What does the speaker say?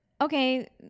Okay